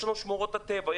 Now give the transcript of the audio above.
יש שמורות הטבע,